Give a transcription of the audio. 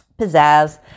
pizzazz